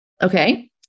Okay